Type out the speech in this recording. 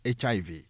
HIV